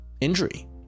injury